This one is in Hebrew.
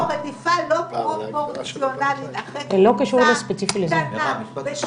יש פה רדיפה לא פרופורציונלית אחרי קבוצה קטנה ושולית,